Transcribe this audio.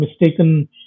mistaken